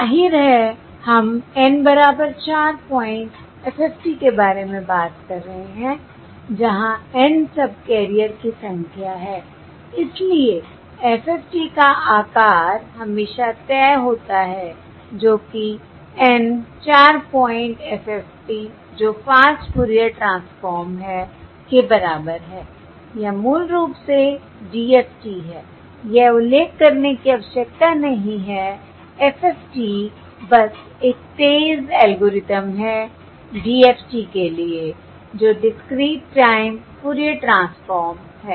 जाहिर है हम N बराबर 4 पॉइंट FFT के बारे में बात कर रहे हैं जहां N सबकैरियर की संख्या है इसलिए FFT का आकार हमेशा तय होता है जो कि N 4 पॉइंट FFT जो फास्ट फूरियर ट्रांसफॉर्म है के बराबर है या मूल रूप से DFT है यह उल्लेख करने की आवश्यकता नहीं है FFT बस एक तेज़ एल्गोरिथ्म है DFT के लिए जो डिसक्रीट टाइम फूरियर ट्रांसफॉर्म है